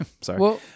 Sorry